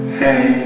hey